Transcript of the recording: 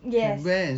yes